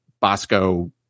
Bosco